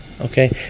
Okay